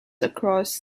across